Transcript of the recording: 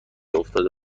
افتاده